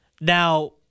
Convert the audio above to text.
Now